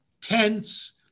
tents